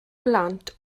blant